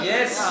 Yes